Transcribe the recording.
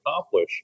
accomplish